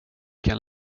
kan